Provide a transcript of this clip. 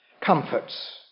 comforts